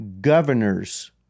governors